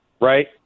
Right